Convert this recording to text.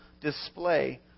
display